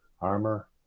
armor